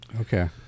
Okay